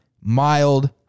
mild